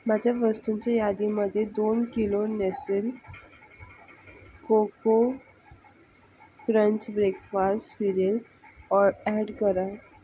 माझ्या वस्तूंच्या यादीमध्ये दोन kilo Nestle coco crunch breakfast cereal ऑ ॲड करा